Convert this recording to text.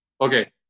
Okay